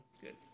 Good